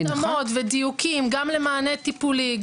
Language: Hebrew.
התאמות ודיוקים גם למענה טיפולי,